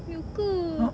ya ke